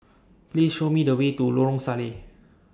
Please Show Me The Way to Lorong Salleh